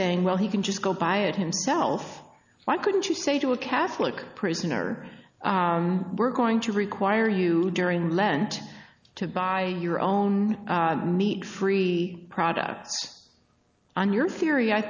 saying well he can just go buy it himself why couldn't you say to a catholic prisoner we're going to require you during lent to buy i own meat free products on your theory i